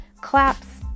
claps